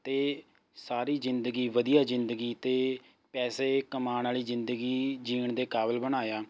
ਅਤੇ ਸਾਰੀ ਜ਼ਿੰਦਗੀ ਵਧੀਆ ਜ਼ਿੰਦਗੀ ਅਤੇ ਪੈਸੇ ਕਮਾਉਣ ਵਾਲੀ ਜ਼ਿੰਦਗੀ ਜਿਉਣ ਦੇ ਕਾਬਿਲ ਬਣਾਇਆ